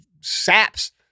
saps